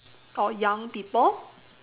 or young people